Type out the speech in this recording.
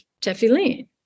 tefillin